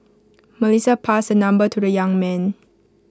Melissa passed the number to the young man